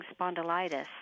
spondylitis